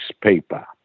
paper